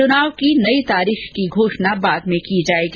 चुनाव की नई तिथि की घोषणा बाद में की जायेगी